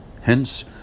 Hence